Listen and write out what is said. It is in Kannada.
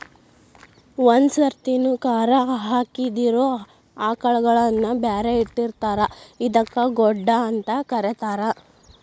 ಒಂದ್ ಸರ್ತಿನು ಕರಾ ಹಾಕಿದಿರೋ ಆಕಳಗಳನ್ನ ಬ್ಯಾರೆ ಇಟ್ಟಿರ್ತಾರ ಇವಕ್ಕ್ ಗೊಡ್ಡ ಅಂತ ಕರೇತಾರ